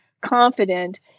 confident